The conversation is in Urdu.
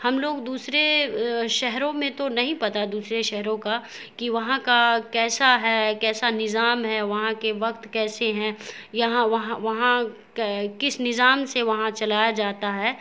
ہم لوگ دوسرے شہروں میں تو نہیں پتا دوسرے شہروں کا کہ وہاں کا کیسا ہے کیسا نظام ہے وہاں کے وقت کیسے ہیں یہاں وہاں وہاں کس نظام سے وہاں چلایا جاتا ہے